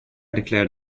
declared